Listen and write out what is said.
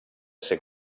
ser